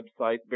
website